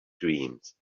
dreams